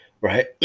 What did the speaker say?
right